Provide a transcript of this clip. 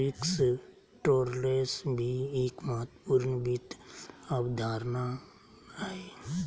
risk tolerance भी एक महत्वपूर्ण वित्त अवधारणा हय